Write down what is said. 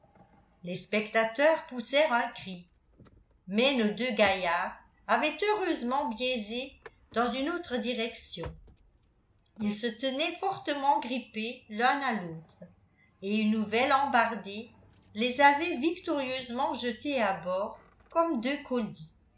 les spectateurs poussèrent un cri mais nos deux gaillards avaient heureusement biaisé dans une autre direction ils se tenaient fortement grippés l'un à l'autre et une nouvelle embardée les avait victorieusement jetés à bord comme deux colis